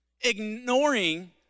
ignoring